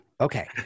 Okay